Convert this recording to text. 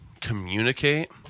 communicate